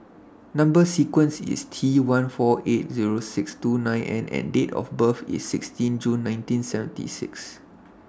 Number sequence IS T one four eight Zero six two nine N and Date of birth IS sixteen June nineteen seventy six